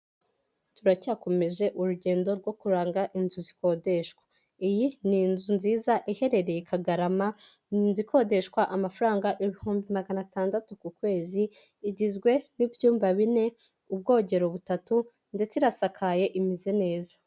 Turacyakomeje urugendo rwo kuranga inzu zikodeshwa, iyi ni inzu nziza iherereye kagarama, ni inzu ikodeshwa amafaranga ibihumbi magana atandatu ku kwezi, igizwe n'ibyumba bine, ubwogero butatu ndetse irasakaye imeze neza.